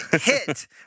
hit